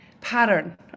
pattern